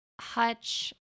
Hutch